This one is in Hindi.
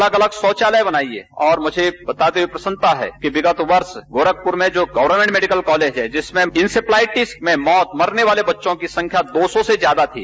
अलग अलग शौचालय बनाइये और हमें प्रसन्नता है कि विगत वर्ष गोरखपुर में गर्वमेंट मेडिकल कॉलेज है जिसमें इंसेफ्लाइटिस में मरने वाले बच्चों की संख्या दो सौ से ज्यादा थी